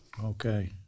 Okay